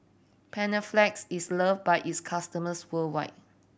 Panaflex is loved by its customers worldwide